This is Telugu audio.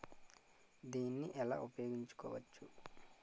దీన్ని ఎలా ఉపయోగించు కోవచ్చు?